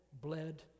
bled